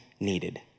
needed